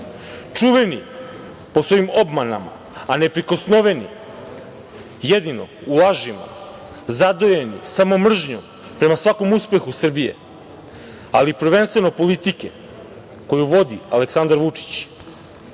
Čuveni po svojim obmanama, a neprikosnoveni jedino u lažima, zadojeni samo mržnjom prema svakom uspehu Srbije, ali prvenstveno politike koju vodi Aleksandar Vučić,